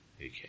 Okay